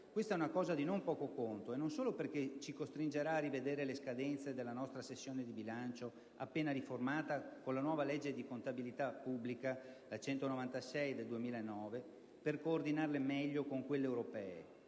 Questa è una cosa di non poco conto, non solo perché ci costringerà a rivedere le scadenze della nostra sessione di bilancio appena riformata con la nuova legge di contabilità pubblica (legge n. 196 del 2009) per coordinarle meglio con quelle europee,